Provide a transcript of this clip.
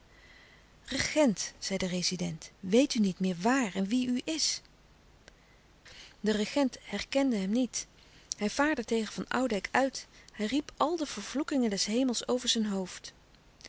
regent zei de rezident weet u niet meer waar en wie u is de regent herkende hem niet hij vaarde tegen van oudijck uit hij riep al de vervloekingen des hemels over zijn hoofd